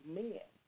men